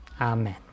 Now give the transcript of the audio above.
amen